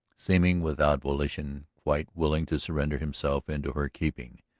seeming without volition, quite willing to surrender himself into her keeping.